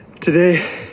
Today